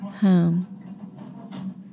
home